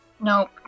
Nope